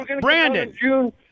Brandon